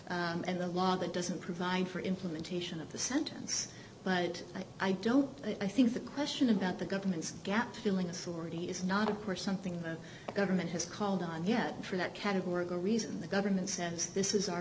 protocol and the law that doesn't provide for implementation of the sentence but i don't i think the question about the government's gap filling authority is not a or something the government has called on yet for that categorical reason the government says this is our